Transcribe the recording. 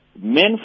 Men